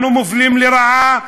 אנחנו מופלים לרעה,